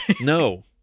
No